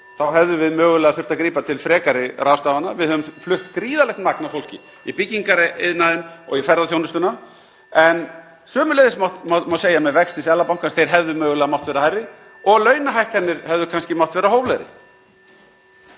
þá hefðum við mögulega þurfti að grípa til frekari ráðstafana. Við höfum flutt gríðarlegt magn af fólki í byggingariðnaðinn og í ferðaþjónustuna. (Forseti hringir.) Sömuleiðis má segja með vexti Seðlabankans, þeir hefðu mögulega mátt vera hærri og launahækkanir hefðu kannski mátt vera hóflegri.